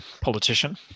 politician